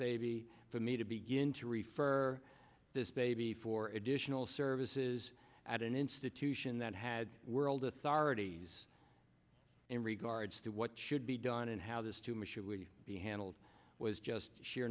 baby for me to begin to refer this baby for additional services at an institution that had world authorities in regards to what should be done and how this touma should be handled was just sheer